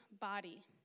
body